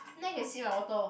now you can see my water